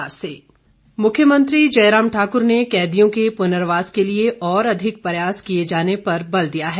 मुख्यमंत्री मुख्यमंत्री जयराम ठाकुर ने कैदियों के पुनर्वास के लिए और अधिक प्रयास किए जाने पर बल दिया है